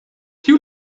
tiu